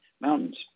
mountains